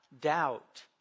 doubt